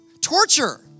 torture